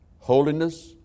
Holiness